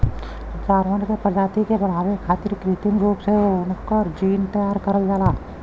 जानवर के प्रजाति के बढ़ावे खारित कृत्रिम रूप से उनकर जीन तैयार करल जाला